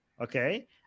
okay